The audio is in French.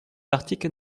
l’article